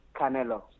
Canelo